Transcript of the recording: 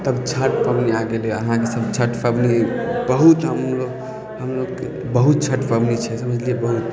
तब छठ पबनी आ गेलय अहाँके सब छठ पबनी बहुत हमलो हमलोग बहुत छठ पबनी छै समझलियै बहुत